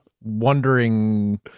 wondering